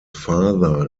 father